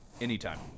anytime